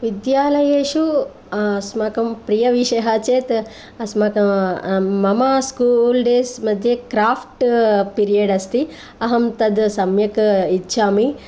विद्यालयेषु अस्माकं प्रियविषयः चेत् अस्माकं मम स्कूल् डेस् मध्ये क्राफ्ट् पीरियड् अस्ति अहं तत् सम्यक् इच्छामि